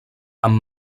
amb